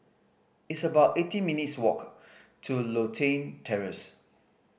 it's about eighteen minutes' walk to Lothian Terrace